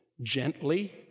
gently